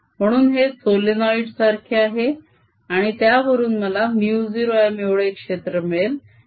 म्हणून हे सोलेनोइड सारखे आहे आणि त्यावरून मला μ0M एवढे क्षेत्र मिळेल